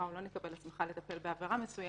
או לא נקבל הסמכה לטפל בעבירה מסוימת.